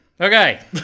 Okay